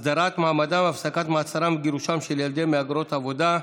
הסדרת מעמדם והפסקת מעצרם וגירושם של ילדי מהגרות עבודה,